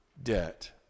debt